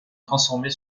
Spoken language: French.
transformer